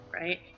right